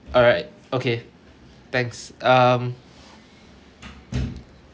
alright okay thanks um